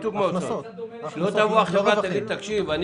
יצרנו חוקים שדוחפים את בזק לקבל על